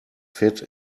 fit